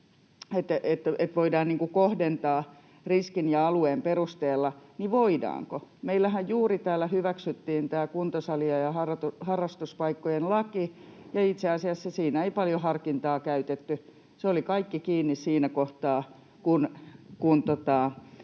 että voidaan kohdentaa riskin ja alueen perusteella, niin voidaanko? Meillähän juuri täällä hyväksyttiin tämä kuntosalien ja harrastuspaikkojen laki, ja itse asiassa siinä ei paljon harkintaa käytetty. Se oli kaikki kiinni siinä kohtaa, kun